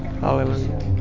Hallelujah